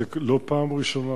זו לא הפעם הראשונה,